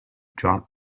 drop